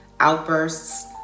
outbursts